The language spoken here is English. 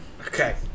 Okay